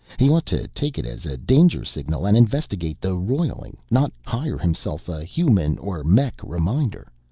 he ought to take it as a danger signal and investigate the roiling, not hire himself a human or mech reminder.